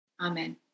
Amen